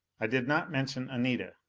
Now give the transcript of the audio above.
i did not mention anita.